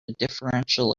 differential